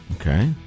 Okay